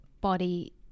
body